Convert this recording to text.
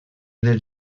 del